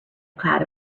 cloud